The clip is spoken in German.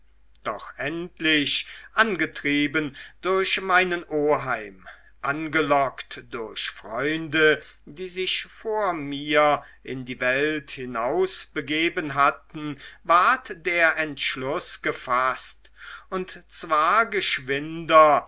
doch endlich angetrieben durch meinen oheim angelockt durch freunde die sich vor mir in die welt hinausbegeben hatten ward der entschluß gefaßt und zwar geschwinder